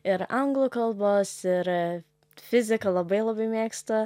ir anglų kalbos ir fiziką labai labai mėgstu